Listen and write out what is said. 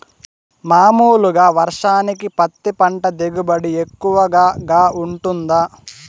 మామూలుగా వర్షానికి పత్తి పంట దిగుబడి ఎక్కువగా గా వుంటుందా?